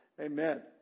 Amen